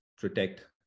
protect